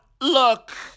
look